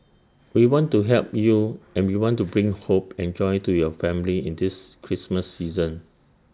we want to help you and we want to bring hope and joy to your family in this Christmas season